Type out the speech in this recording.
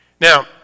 Now